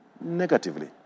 negatively